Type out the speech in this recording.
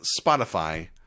Spotify